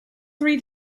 three